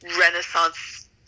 renaissance